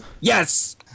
Yes